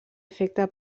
efecte